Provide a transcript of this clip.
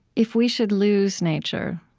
if we should lose nature,